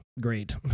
great